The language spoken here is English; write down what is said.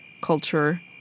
Culture